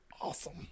awesome